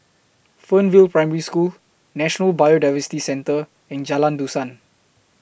Fernvale Primary School National Biodiversity Centre and Jalan Dusan